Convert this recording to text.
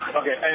okay